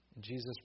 Jesus